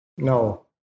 No